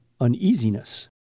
uneasiness